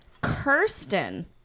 Kirsten